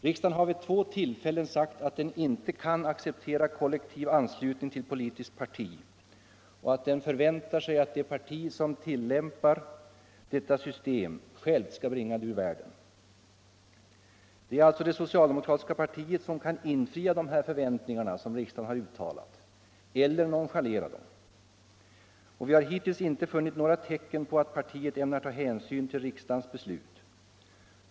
Riksdagen har vid två tillfällen uttalat — ning till politiska att den inte kan acceptera kollektiv anslutning till politiskt parti och = Partier att den förväntar sig att det parti som tillämpar detta system självt skall bringa det ur världen. Det är alltså det socialdemokratiska partiet som kan infria dessa förväntningar — eller nonchalera dem. Det har hittills inte funnits några tecken på att partiet ämnar ta hänsyn till riksdagens beslut.